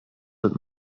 wird